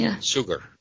sugar